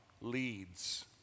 leads